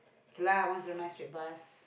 okay lah once you night with us